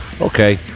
Okay